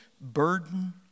burden